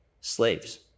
slaves